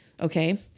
Okay